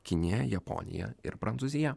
kinija japonija ir prancūzija